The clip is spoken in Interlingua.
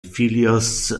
filios